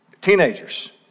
teenagers